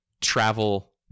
travel